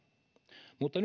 mutta